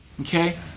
okay